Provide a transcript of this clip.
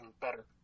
better